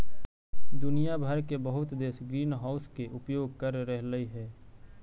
दुनिया भर के बहुत देश ग्रीनहाउस के उपयोग कर रहलई हे